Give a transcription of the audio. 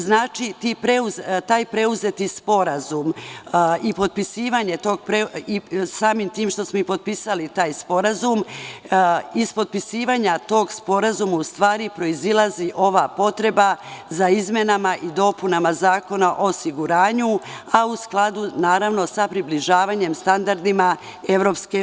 Znači, taj preuzeti sporazum i samim tim što smo i potpisali taj sporazum, iz potpisivanja tog sporazuma u stvari proizilazi ova potreba za izmenama i dopunama Zakona o osiguranju, a u skladu sa približavanjem standardima EU.